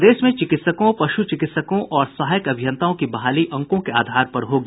प्रदेश में चिकित्सकों पशु चिकित्सकों और सहायक अभियंताओं की बहाली अंकों के आधार पर होगी